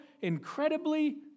incredibly